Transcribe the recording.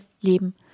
leben